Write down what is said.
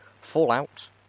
Fallout